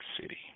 City